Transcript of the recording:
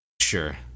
sure